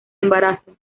embarazo